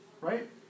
Right